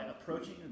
approaching